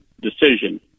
decision